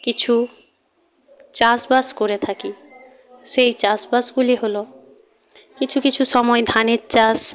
কিছু চাষবাস করে থাকি সেই চাষবাসগুলি হল কিছু কিছু সময় ধানের চাষ